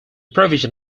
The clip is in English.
provision